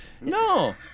no